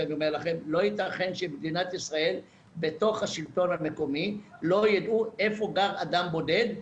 לא יתכן שהשלטון המקומי לא ידע איפה גר אדם בודד,